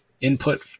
input